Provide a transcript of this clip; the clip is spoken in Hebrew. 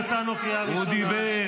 הוא כן שירת.